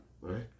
right